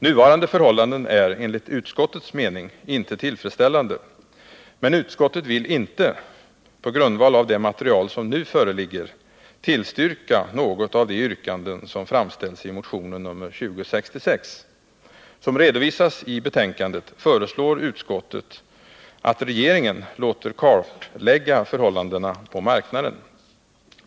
Nuvarande förhållanden är, enligt utskottets mening, inte tillfredsställande. Men utskottet vill inte — på grundval av det material som nu föreligger — tillstyrka något av de yrkanden som framställs i motionen nr 2066. Som redovisas i betänkandet föreslår utskottet att regeringen låter kartlägga förhållandena på marknaden.